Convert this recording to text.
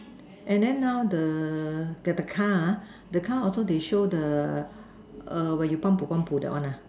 and then now the the car ah the car also they show the err when you that one ah